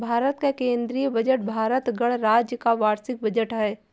भारत का केंद्रीय बजट भारत गणराज्य का वार्षिक बजट है